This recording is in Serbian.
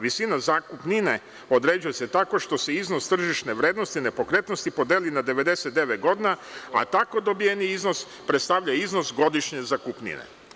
Visina zakupnine određuje se tako što se iznos tržišne vrednosti nepokretnosti podeli na 99 godina, a tako dobijeni iznos predstavlja iznos godišnje zakupnine.